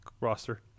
roster